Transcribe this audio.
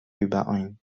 überein